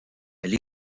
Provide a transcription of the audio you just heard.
elle